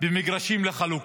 במגרשים לחלוקה,